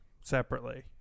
separately